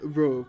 Bro